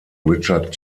richard